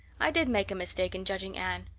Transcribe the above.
i did make a mistake in judging anne,